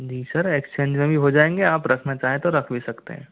जी sir exchange में भी हो जाएंगे आप रखना चाहें तो रख भी सकते हैं